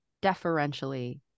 deferentially